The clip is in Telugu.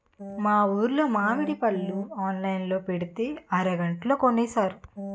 మా ఊరులో మావిడి పళ్ళు ఆన్లైన్ లో పెట్టితే అరగంటలో కొనేశారు